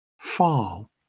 fall